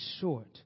short